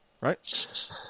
Right